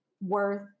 worth